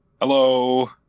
Hello